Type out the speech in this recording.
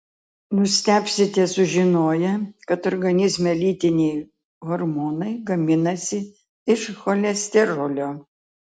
nustebsite sužinoję kad organizme lytiniai hormonai gaminasi iš cholesterolio